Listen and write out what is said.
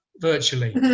virtually